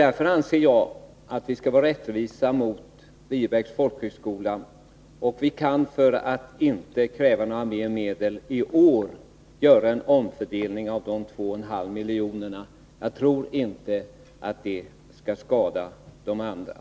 Därför anser jag att vi skall vara rättvisa mot Viebäcks folkhögskola. För att inte behöva kräva mer medel i år kan vi göra en omfördelning av dessa 2,5 milj.kr. Jag tror inte att det skulle skada övriga folkhögskolor.